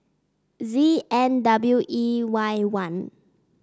Z N W E Y one